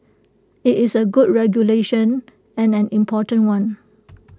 IT is A good regulation and an important one